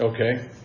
Okay